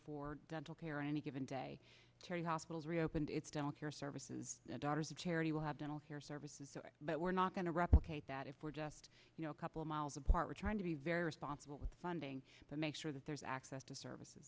for dental care or any given day care you hospitals reopened its don't care services daughters of charity will have dental care services but we're not going to replicate that if we're just you know a couple of miles apart we're trying to be very responsible with funding but make sure that there's access to services